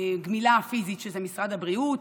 לגמילה הפיזית, שזה משרד הבריאות,